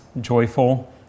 joyful